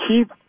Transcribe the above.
keep